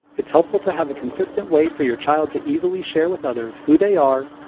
it's helpful to have a consistent way for your child to easily share with others who they are,